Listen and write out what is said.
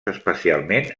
especialment